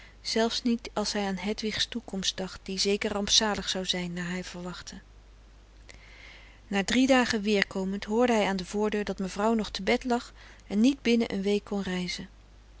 zelfs niet als hij aan hedwigs toekomst dacht die zeker rampzalig zou zijn naar hij verwachtte na drie dagen weerkomend hoorde hij aan de voordeur dat mevrouw nog te bed lag en niet binnen een week kon reizen